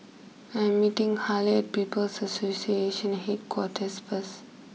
I am meeting Harlie at People's Association Headquarters first